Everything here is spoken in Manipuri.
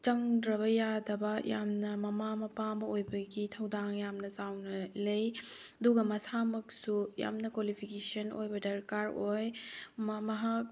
ꯆꯪꯗ꯭ꯔꯕ ꯌꯥꯗꯕ ꯌꯥꯝꯅ ꯃꯃꯥ ꯃꯄꯥ ꯑꯃ ꯑꯣꯏꯕꯒꯤ ꯊꯧꯗꯥꯡ ꯌꯥꯝꯅ ꯆꯥꯎꯅ ꯂꯩ ꯑꯗꯨꯒ ꯃꯁꯥꯃꯛꯁꯨ ꯌꯥꯝꯅ ꯀ꯭ꯋꯥꯂꯤꯐꯤꯀꯦꯁꯟ ꯑꯣꯏꯕ ꯗꯔꯀꯥꯔ ꯑꯣꯏ ꯃꯍꯥꯛ